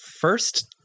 first